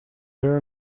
were